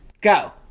Go